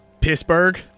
Pittsburgh